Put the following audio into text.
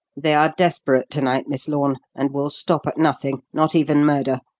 they are desperate to-night, miss lorne, and will stop at nothing not even murder.